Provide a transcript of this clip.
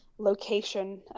Location